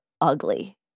ugly